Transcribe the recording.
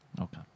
Okay